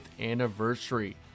Anniversary